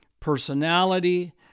personality